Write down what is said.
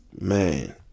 Man